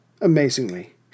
amazingly